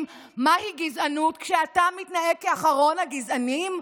מהי גזענות כשאתה מתנהג כאחרון הגזענים.